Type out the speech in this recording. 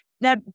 Now